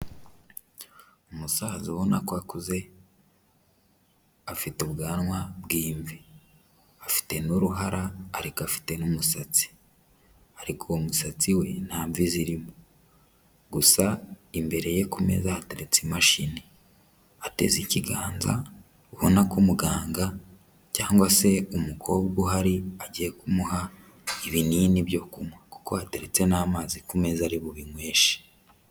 Umusaza ubona ko akuze, afite ubwanwa bw'imvi, afite n'uruhara ariko afite n'umusatsi, ariko uwo umusatsi we nta mvi zirimo, gusa imbere ye ku meza hateretse imashini, ateze ikiganza ubona ko muganga cyangwa se umukobwa uhari, agiye kumuha ibinini byo kunywa kuko hateretse n'amazi ku meza ari bubinyweshe.